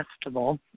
festival